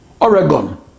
oregon